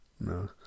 No